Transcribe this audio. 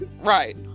Right